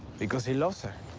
because he loves her.